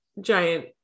giant